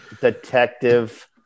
detective